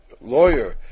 lawyer